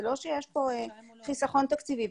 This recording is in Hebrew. זה לא שיש פה חיסכון תקציבי.